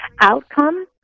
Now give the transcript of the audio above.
outcome